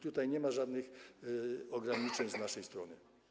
Tutaj nie ma żadnych ograniczeń z naszej strony.